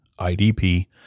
IDP